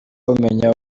umenya